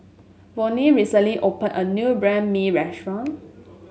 Vone recently opened a new Banh Mi restaurant